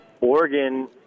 Oregon